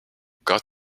got